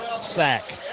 sack